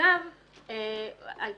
שאגב יש